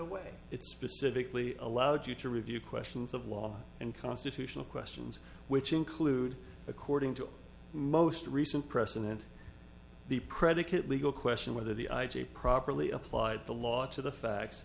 away it specifically allowed you to review questions of law and constitutional questions which include according to most recent precedent the predicate legal question whether the i j a properly applied the law to the facts